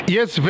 Yes